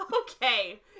Okay